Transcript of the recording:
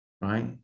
right